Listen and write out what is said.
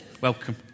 welcome